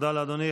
תודה לאדוני.